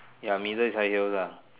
ya middle is high heels ah